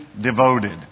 Devoted